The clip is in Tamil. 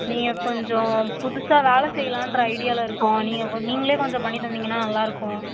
நீங்கள் கொஞ்சம் புதுசாக வேலை செய்யலான்ற ஐடியாவில இருக்கோம் நீங்கள் கொஞ் நீங்களே கொஞ்சம் பண்ணித் தந்தீங்கன்னா நல்லா இருக்கும்